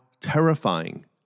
terrifying